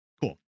Cool